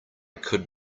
could